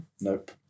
Nope